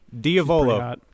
Diavolo